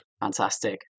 Fantastic